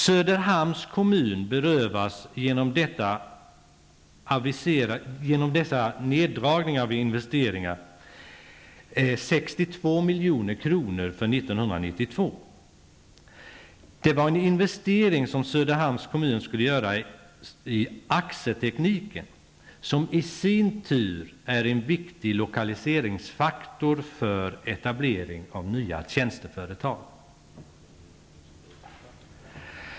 Söderhamns kommun berövas genom dessa neddragningar en investering på 62 milj.kr. för 1992. Det var en investering i AXE-teknik som skulle göras, något som i sin tur är en viktig lokaliseringsfaktor för etablering av nya tjänsteföretag.